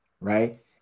right